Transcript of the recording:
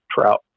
trout